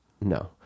No